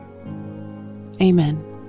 Amen